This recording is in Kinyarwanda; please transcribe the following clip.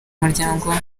umuryango